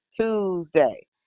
Tuesday